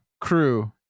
crew